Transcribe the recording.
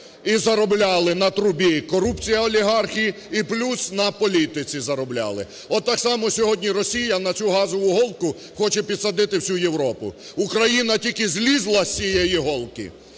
і заробляли на трубі корупція… олігархи і плюс на політиці заробляли, от так само сьогодні Росія на цю газову голку хоче підсадити всю Європу. Україна тільки злізла з цієї голки,